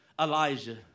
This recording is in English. Elijah